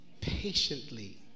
patiently